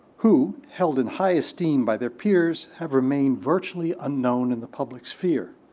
who, held in high esteem by their peers, have remained virtually unknown in the public sphere,